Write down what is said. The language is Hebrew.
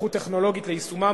טכנולוגית ליישומה,